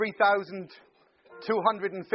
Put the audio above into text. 3,250